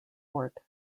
fort